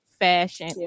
fashion